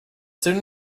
soon